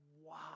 wow